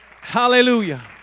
Hallelujah